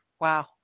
Wow